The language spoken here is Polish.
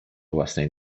własnej